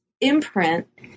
imprint